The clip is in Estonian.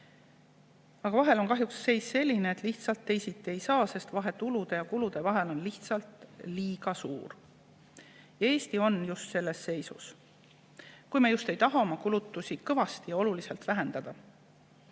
Vahel on kahjuks seis selline, et lihtsalt teisiti ei saa, sest vahe tulude ja kulude vahel on liiga suur. Eesti on just selles seisus, kui me just ei taha oma kulutusi kõvasti ja oluliselt vähendada.